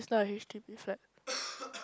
it's not a h_d_b flat